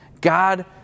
God